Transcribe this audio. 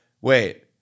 Wait